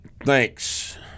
Thanks